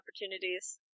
opportunities